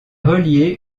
relié